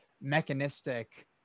mechanistic